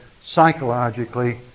psychologically